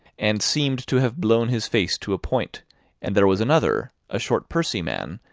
and seemed to have blown his face to a point and there was another, a short pursy man,